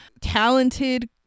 talented